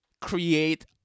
create